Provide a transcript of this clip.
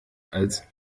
als